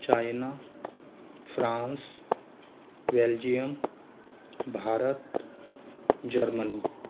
China France Belgium Bharat Germany